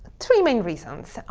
three main reasons.